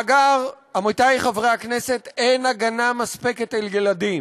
עמיתי חברי הכנסת, במאגר אין הגנה מספקת על ילדים.